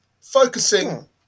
focusing